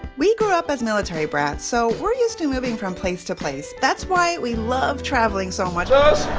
we grew up as military brats so were used to moving from place to place. that's why we love traveling so much.